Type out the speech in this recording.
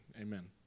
Amen